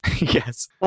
Yes